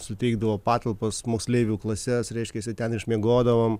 suteikdavo patalpas moksleivių klases reiškiasi ten išmiegodavom